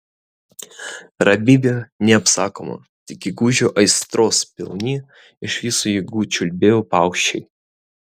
ramybė neapsakoma tik gegužio aistros pilni iš visų jėgų čiulbėjo paukščiai